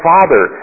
Father